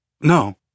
No